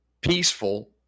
peaceful